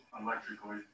electrically